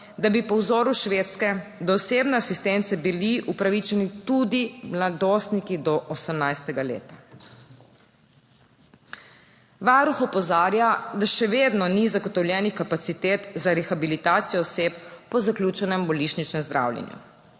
bi bili po vzoru Švedske do osebne asistence upravičeni tudi mladostniki do 18. leta. Varuh opozarja, da še vedno ni zagotovljenih kapacitet za rehabilitacijo oseb po zaključenem bolnišničnem zdravljenju,